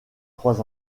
trois